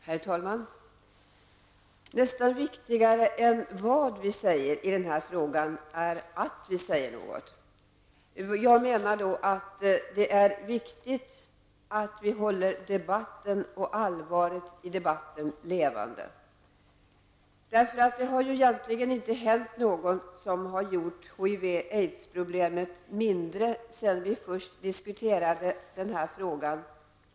Herr talman! Nästan viktigare än vad vi säger i den här frågan är att vi säger något. Jag menar då att det är viktigt att vi håller debatten och allvaret i debatten levande, eftersom det egentligen inte har hänt något som har gjort HIV/aids-problemet mindre sedan vi första gången diskuterade den här frågan.